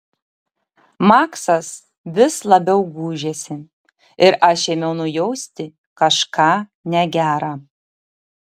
maksas vis labiau gūžėsi ir aš ėmiau nujausti kažką negera